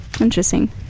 Interesting